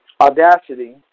audacity